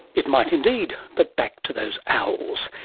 it might indeed, but back to those owls.